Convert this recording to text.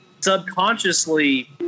subconsciously